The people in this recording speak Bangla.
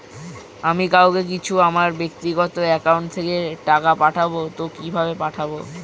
আমি কাউকে কিছু আমার ব্যাক্তিগত একাউন্ট থেকে টাকা পাঠাবো তো কিভাবে পাঠাবো?